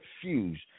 fuse